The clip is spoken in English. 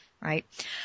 right